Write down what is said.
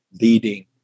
leading